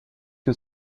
que